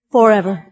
Forever